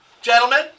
gentlemen